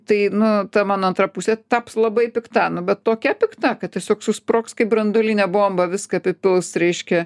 tai nu ta mano antra pusė taps labai pikta nu bet tokia pikta kad tiesiog susprogs kaip branduolinė bomba viską apipils reiškia